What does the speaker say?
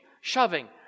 shoving